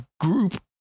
group